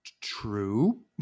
true